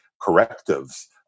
correctives